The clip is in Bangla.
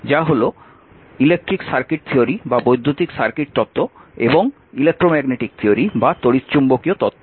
যা হল বৈদ্যুতিক সার্কিট তত্ত্ব এবং তড়িৎচুম্বকীয় তত্ত্ব